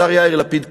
השר יאיר לפיד קיבל.